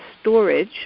storage